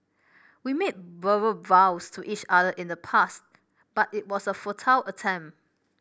we made verbal vows to each other in the past but it was a futile attempt